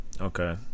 Okay